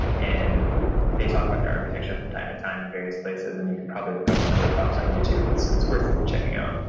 and they talk about their architecture from time to time in various places, and you could probably look up one of their talks on youtube. it's it's worth checking out